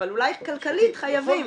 אבל אולי כלכלית חייבים.